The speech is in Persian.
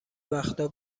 وقتا